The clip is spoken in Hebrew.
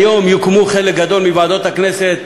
היום יוקמו חלק גדול מוועדות הכנסת.